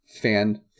fan